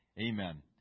Amen